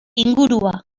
ingurua